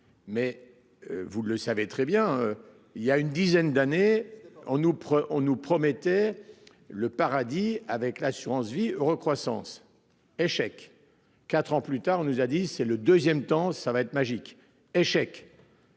Mais. Vous le savez très bien, il y a une dizaine d'années on nous on nous promettait le paradis avec l'assurance vie heureux croissance échec. 4 ans plus tard, on nous a dit c'est le 2ème temps ça va être magique, échec.